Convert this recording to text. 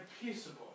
peaceable